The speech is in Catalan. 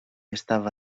estava